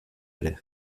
ere